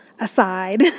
aside